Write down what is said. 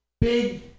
big